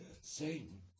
Satan